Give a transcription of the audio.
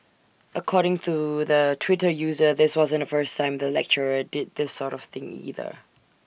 according to the Twitter user this wasn't the first time the lecturer did this sort of thing either